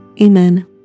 Amen